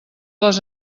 les